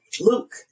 Luke